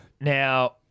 Now